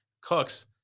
Cooks